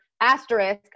asterisk